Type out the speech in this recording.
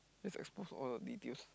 let's expose all the details